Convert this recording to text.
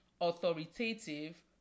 authoritative